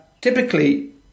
typically